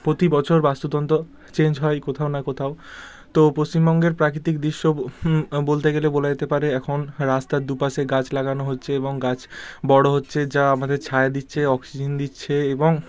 প্রতি বছর বাস্তুতন্ত্র চেঞ্জ হয় কোথাও না কোথাও তো পশ্চিমবঙ্গের প্রাকৃতিক দৃশ্যকে ব বলতে গেলে বলা যেতে পারে এখন রাস্তার দু পাশে গাছ লাগানো হচ্ছে এবং গাছ বড়ো হচ্ছে যা আমাদের ছায়া দিচ্ছে অক্সিজেন দিচ্ছে এবং